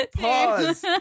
Pause